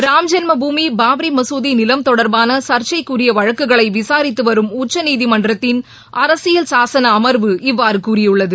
ராமஜென்ம பூமி பாப்ரி மசூதி நிலம் தொடர்பான சர்ச்சைக்குரிய வழக்குகளை விசாரித்துவரும் உச்சநீதிமன்றத்தின் அரசியல் சாசன அமா்வு இவ்வாறு கூறியுள்ளது